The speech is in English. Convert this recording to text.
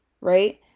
right